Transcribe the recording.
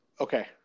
Okay